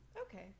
Okay